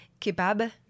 Kebab